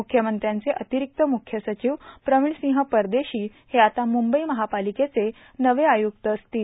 मुख्यमंत्र्यांचे अतिरिक्त मुख्य सचिव प्रवीणसिंह परदेशी हे आता म्ंबई महापलिकेचे नवे आय्क्त असतील